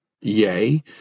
Yea